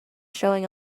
showing